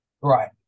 Right